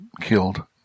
killed